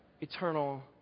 eternal